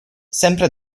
sempre